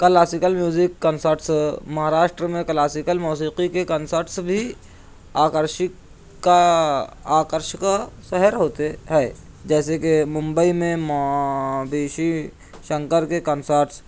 classical music concerts Maharashtra میں classical موسیقی کے کنسرٹس بھی آکرشت کا آکرش کا سحر ہوتے ہیں جیسے کہ ممبئی میں مابیشی شنکر کے کنسرٹس